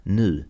nu